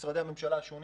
משרדי הממשלה השונים